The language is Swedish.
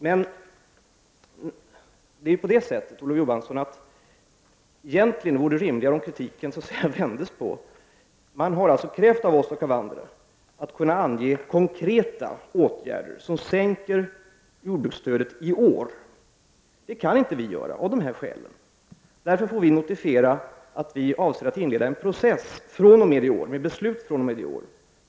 Men egentligen, Olof Johansson, vore det rimligare om man så att säga vände på kritiken. Man har alltså krävt av oss och av andra att vi skall kunna ange konkreta åtgärder som sänker jordbruksstödet i år. Vi kan inte göra detta av de skäl som jag har nämnt. Vi får därför notifiera att vi avser att inleda en process med beslut fr.o.m. i år.